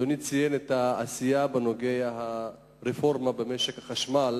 אדוני ציין את העשייה בנוגע לרפורמה במשק החשמל